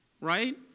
right